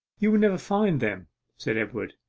you will never find them said edward.